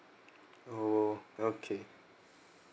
orh okay